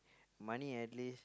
money at least